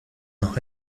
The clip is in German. noch